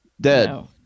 Dead